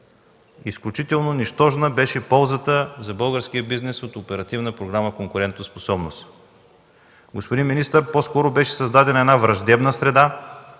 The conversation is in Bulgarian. Изключително нищожна беше ползата за българския бизнес от Оперативна програма „Конкурентоспособност”. Господин министър, по-скоро беше създадена една враждебна среда